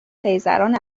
خیزران